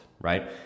right